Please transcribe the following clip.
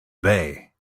bay